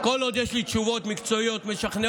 כל עוד יש לי תשובות מקצועיות משכנעות,